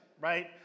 right